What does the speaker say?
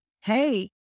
hey